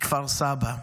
מכפר סבא.